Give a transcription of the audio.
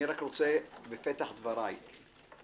אני רק רוצה בפתח דבריי להזהיר.